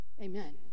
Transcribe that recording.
Amen